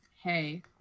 hey